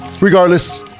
Regardless